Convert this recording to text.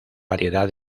variedad